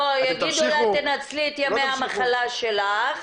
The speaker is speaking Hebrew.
לא, יגידו לה, תנצלי את ימי המחלה שלך,